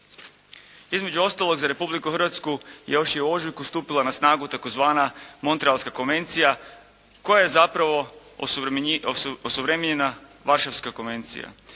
Između ostalog, za Republiku Hrvatsku još je u ožujku stupila na snagu tzv. Montrealska konvencija koja je zapravo osuvremenjena Varšavska konvencija.